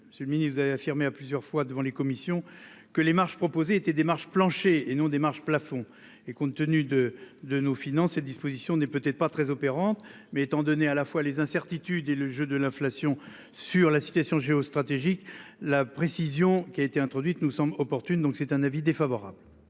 C'est le ministre avait affirmé à plusieurs fois devant les commissions que les marches proposé était démarche plancher et non des marges plafond et compte tenu de, de nos finances, ces dispositions n'est peut-être pas très opérante mais étant donné à la fois les incertitudes et le jeu de l'inflation sur la situation géostratégique la précision qui a été introduite nous semble opportune. Donc c'est un avis défavorable.